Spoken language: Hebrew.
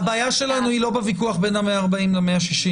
הבעיה שלנו היא לא בוויכוח בין ה-140 ל-160.